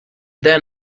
then